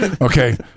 Okay